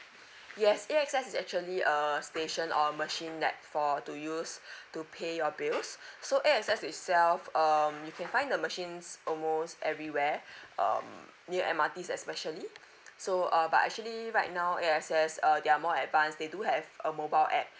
yes A_S_X is actually a station or machine that for to use to pay your bills so A_S_X itself um you can find the machines almost everywhere um near M_R_Ts especially so uh but actually right now A_S_X uh they are more advanced they do have a mobile app